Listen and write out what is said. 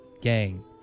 gang